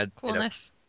Coolness